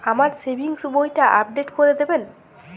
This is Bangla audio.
আমার সেভিংস বইটা আপডেট করে দেবেন?